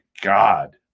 God